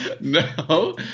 no